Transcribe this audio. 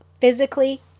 physically